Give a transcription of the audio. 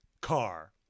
car